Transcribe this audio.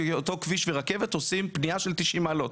כי אותו כביש ורכבת עושים פניה של 90 מעלות,